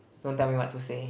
don't tell me what to say